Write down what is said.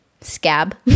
scab